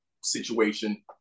situation